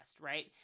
right